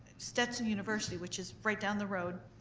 stetson university, which is right down the road,